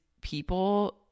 people